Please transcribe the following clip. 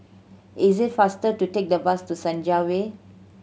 is it faster to take the bus to Senja Way